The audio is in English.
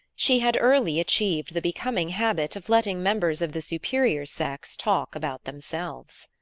she had early achieved the becoming habit of letting members of the superior sex talk about themselves.